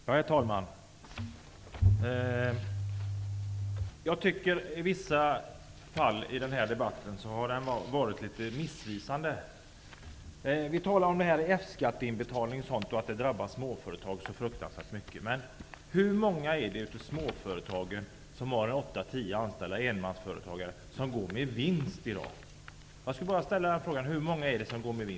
Herr talman! Jag tycker att den här debatten i vissa fall har varit litet missvisande. Det sägs att F skatteinbetalningen drabbar småföretagare så fruktansvärt mycket. Hur många småföretagare som har 8--10 anställda eller enmansföretagare går med vinst i dag?